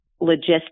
logistics